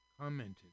commented